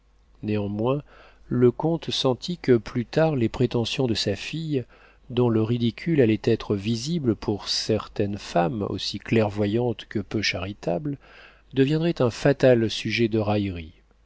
néanmoins le comte sentit que plus tard les prétentions de sa fille dont le ridicule allait être visible pour certaines femmes aussi clairvoyantes que peu charitables deviendraient un fatal sujet de raillerie